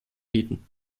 bieten